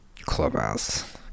clubhouse